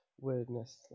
weirdness